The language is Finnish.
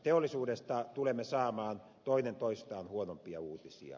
teollisuudesta tulemme saamaan toinen toistaan huonompia uutisia